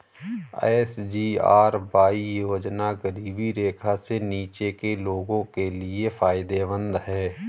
SGRY योजना गरीबी रेखा से नीचे के लोगों के लिए फायदेमंद है